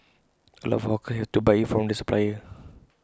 A lot of hawkers have to buy IT from the supplier